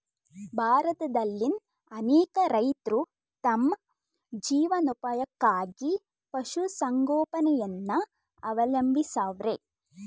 ಭಾರತದಲ್ಲಿನ್ ಅನೇಕ ರೈತ್ರು ತಮ್ ಜೀವನೋಪಾಯಕ್ಕಾಗಿ ಪಶುಸಂಗೋಪನೆಯನ್ನ ಅವಲಂಬಿಸವ್ರೆ